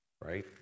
Right